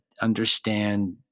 understand